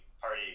party